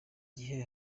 gihe